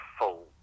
full